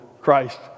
Christ